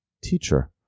teacher